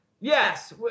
Yes